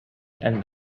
and